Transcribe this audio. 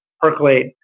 Percolate